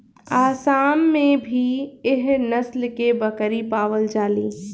आसाम में भी एह नस्ल के बकरी पावल जाली